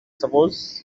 suppose